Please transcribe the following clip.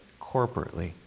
corporately